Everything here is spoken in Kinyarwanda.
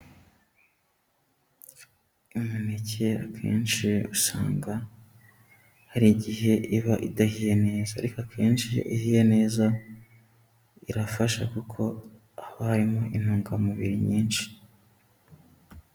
Iminneke akenshi usanga hari igihe iba idahiye neza, ariko akenshi iyo ihiye neza irafasha kuko haba harimo intungamubiri nyinshi.